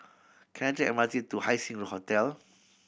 can I take M R T to Haising Hotel